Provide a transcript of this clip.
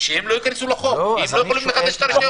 שלא ייכנסו לחוק והם לא יכולים לחדש את הרישיון